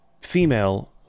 female